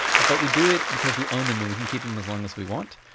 but we do it because we own them and we can keep them as long as we want.